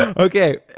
um okay.